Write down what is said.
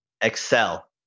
Excel